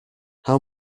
how